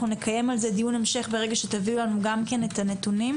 אנחנו לקיים על זה דיון המשך ברגע שתביאו לנו גם כן את הנתונים.